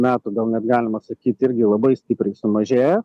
metų gal net galima sakyti irgi labai stipriai sumažėjo